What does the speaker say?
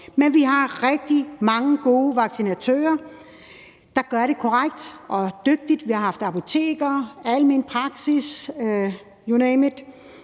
Men vi har rigtig mange gode vaccinatører, der gør det korrekt og dygtigt, og vi har haft apoteker, almenpraksis – you name it